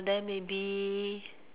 then maybe